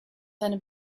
seine